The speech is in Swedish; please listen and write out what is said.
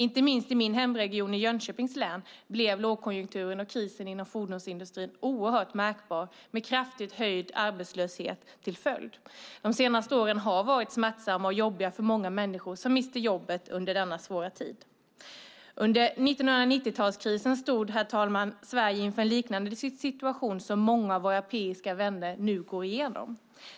Inte minst i min hemregion i Jönköpings län blev lågkonjunkturen och krisen inom fordonsindustrin oerhört märkbar med kraftigt höjd arbetslöshet som följd. De senaste åren har varit smärtsamma och jobbiga för många människor som miste jobbet under denna svåra tid. Under 1990-talskrisen stod Sverige inför en liknande situation som många av våra europeiska vänner nu går igenom.